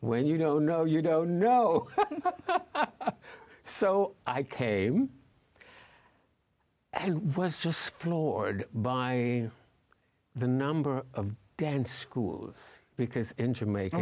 when you don't know you don't know so i came what's just floored by the number of dance schools because in jamaica